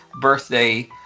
birthday